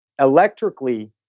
electrically